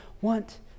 want